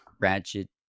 ratchet